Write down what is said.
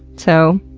so,